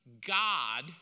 God